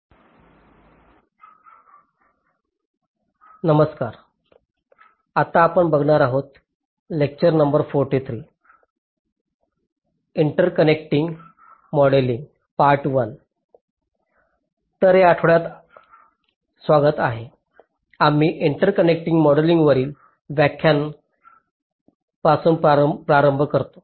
तर या आठवड्यात स्वागत आहे आम्ही इंटरकनेक्टिंग मॉडेलिंगवरील व्याख्याना पासून प्रारंभ करतो